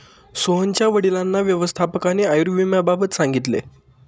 सोहनच्या वडिलांना व्यवस्थापकाने आयुर्विम्याबाबत सांगितले